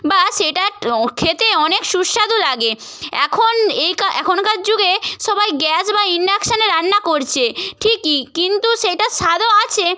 বা সেটার অ খেতে অনেক সুস্বাদু লাগে এখন এইকা এখনকার যুগে সবাই গ্যাস বা ইন্ডাকশানে রান্না করছে ঠিকই কিন্তু সেইটার স্বাদও আছে